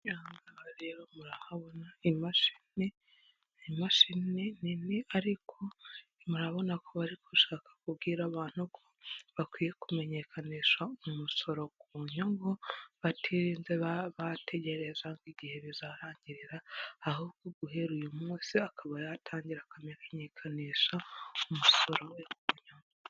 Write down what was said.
Ahangaha rero murahabona imashini, imashine nini ariko murabona ko bari gushaka kubwira abantu ko bakwiye kumenyekanisha umusoro ku nyungu, batirinze bategereza igihe bizarangirira, ahubwo guhera uyu munsi, akaba yatangira akamenyekanisha umusoro we.